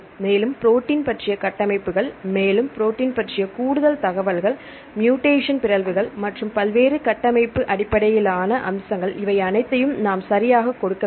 மேலும் ப்ரோடீன் பற்றிய கட்டமைப்புகள் மேலும் ப்ரோடீன் பற்றிய கூடுதல் தகவல்கள் மூடேஷன் பிறழ்வுகள் மற்றும் பல்வேறு கட்டமைப்பு அடிப்படையிலான அம்சங்கள் இவை அனைத்தையும் நாம் சரியாகக் கொடுக்க வேண்டும்